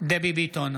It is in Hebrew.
דבי ביטון,